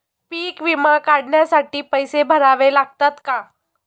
पीक विमा काढण्यासाठी पैसे भरावे लागतात का?